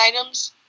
items